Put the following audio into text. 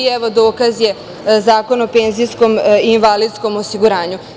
Evo, dokaz je Zakon o penzijskom i invalidskom osiguranju.